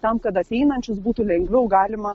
tam kad ateinančius būtų lengviau galima